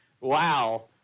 wow